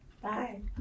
Bye